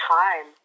time